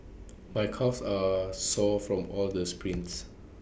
my calves are sore from all the sprints